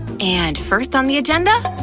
and first on the agenda?